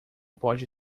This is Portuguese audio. pode